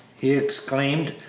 he exclaimed,